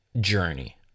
journey